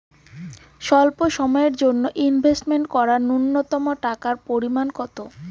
স্বল্প সময়ের জন্য ইনভেস্ট করার নূন্যতম টাকার পরিমাণ কত?